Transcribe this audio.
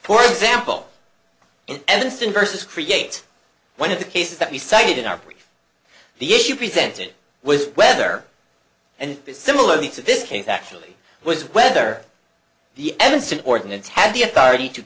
for example in evanston versus create one of the cases that we cited in our brief the issue presented was whether and similarly to this case actually was whether the evanston ordinance had the authority to